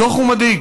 הדוח הוא מדאיג.